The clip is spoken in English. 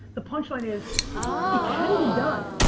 the punchline is it can be done.